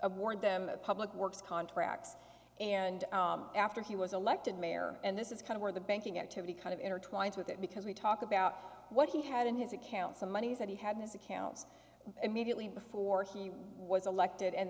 award them public works contracts and after he was elected mayor and this is kind of where the banking activity kind of intertwined with that because we talk about what he had in his account some monies that he had this accounts immediately before he was elected and